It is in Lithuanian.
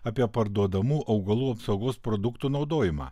apie parduodamų augalų apsaugos produktų naudojimą